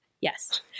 yes